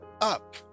up